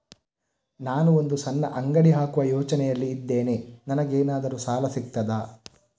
ನಾನು ಒಂದು ಸಣ್ಣ ಅಂಗಡಿ ಹಾಕುವ ಯೋಚನೆಯಲ್ಲಿ ಇದ್ದೇನೆ, ನನಗೇನಾದರೂ ಸಾಲ ಸಿಗ್ತದಾ?